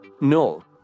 No